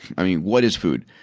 what is food?